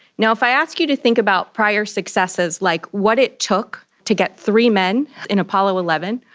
now, if i ask you to think about prior successes, like what it took to get three men in apollo eleven,